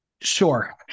Sure